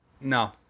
No